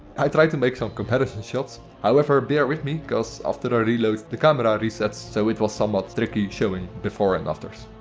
i tried to make some comparison shots, however bear with me, because after a reload the camera resets so it was somewhat tricky showing befores and afters.